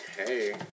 Okay